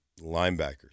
Linebackers